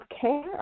care